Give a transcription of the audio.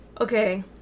Okay